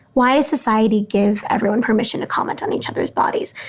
why society give everyone permission to comment on each other's bodies?